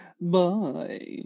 Bye